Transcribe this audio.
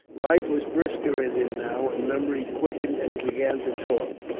life was brisker in him now, and memory quickened, and he began to talk.